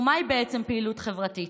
ומהי בעצם פעילות חברתית?